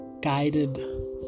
guided